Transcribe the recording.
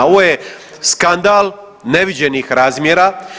Ovo je skandal neviđenih razmjera.